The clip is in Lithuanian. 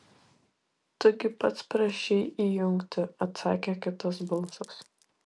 tu gi pats prašei įjungti atsakė kitas balsas